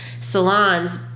salons